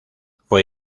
fue